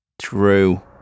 True